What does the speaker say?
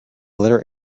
letter